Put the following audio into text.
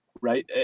right